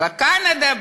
בקנדה?